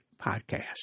podcast